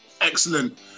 Excellent